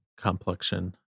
complexion